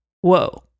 whoa